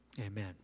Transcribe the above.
Amen